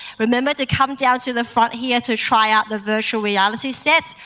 remember, to come down to the front here to try out the virtual reality sets.